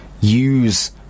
use